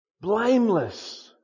Blameless